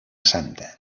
santa